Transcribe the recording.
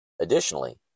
Additionally